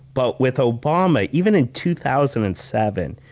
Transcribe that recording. but with obama, even in two thousand and seven,